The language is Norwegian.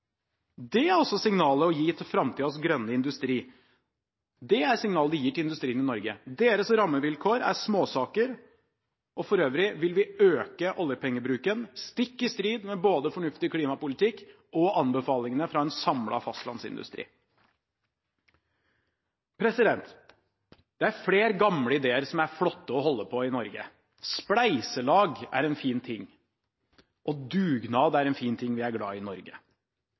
Det er altså signalet de gir til framtidens grønne industri, det er signalet de gir til industrien i Norge: Deres rammevilkår er småsaker, og for øvrig vil vi øke oljepengebruken, stikk i strid med både fornuftig klimapolitikk og anbefalingene fra en samlet fastlandsindustri. Det er flere gamle ideer som er flotte å holde på i Norge. Spleiselag er en fin ting, og dugnad er en fin ting vi i Norge er glad i.